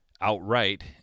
outright